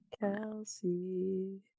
Kelsey